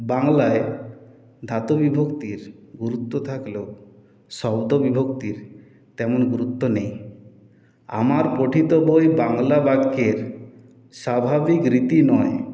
বাংলায় ধাতু বিভক্তির গুরুত্ব থাকলেও শব্দ বিভক্তির তেমন গুরুত্ব নেই আমার পঠিত বই বাংলা বাক্যের স্বাভাবিক রীতি নয়